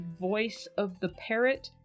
voiceoftheparrot